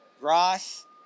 Ross